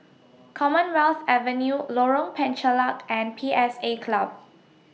Commonwealth Avenue Lorong Penchalak and P S A Club